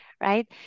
right